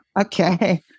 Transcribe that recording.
Okay